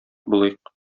булыйк